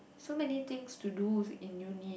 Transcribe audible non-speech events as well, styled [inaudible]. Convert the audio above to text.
so many things to do [noise] in uni